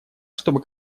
чтобы